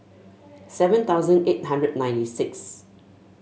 seven thousand eight hundred and ninety six